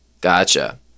gotcha